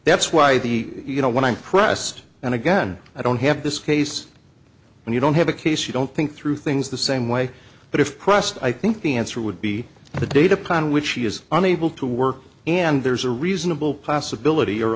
that's why the you know when i'm pressed and again i don't have this case and you don't have a case you don't think through things the same way but if pressed i think the answer would be the date upon which he is unable to work and there's a reasonable possibility or